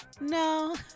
No